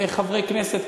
חברי כנסת,